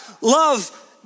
Love